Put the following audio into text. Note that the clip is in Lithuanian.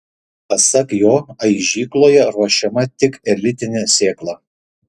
pasak jo aižykloje ruošiama tik elitinė sėkla